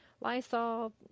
Lysol